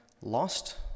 lost